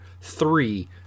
three